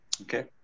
Okay